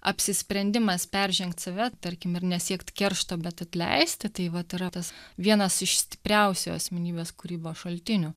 apsisprendimas peržengt save tarkim ir nesiekt keršto bet atleisti tai vat yra tas vienas iš stipriausių asmenybės kūrybos šaltinių